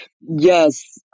Yes